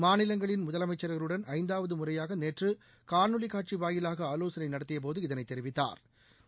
மாநிலங்களின் முதலனமச்சா்களுடன் ஐந்தாவது முறையாக நேற்று காணொலி காட்சி வாயிலாக ஆலோசனை நடத்திய போது இதனை தெரிவித்தாா்